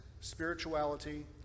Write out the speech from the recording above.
spirituality